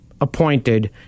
appointed